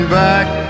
back